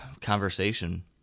conversation